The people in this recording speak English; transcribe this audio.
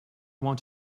want